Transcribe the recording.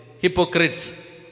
Hypocrites